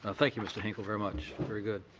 ah thank you, mr. hinkle very much, very good.